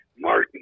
Martin